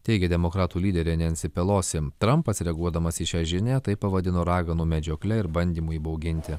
teigė demokratų lyderė nensi pelosi trampas reaguodamas į šią žinią tai pavadino raganų medžiokle ir bandymu įbauginti